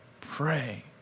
pray